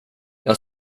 jag